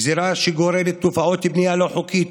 גזרה שגורמת תופעות של בנייה לא חוקית,